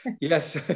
Yes